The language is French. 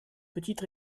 petite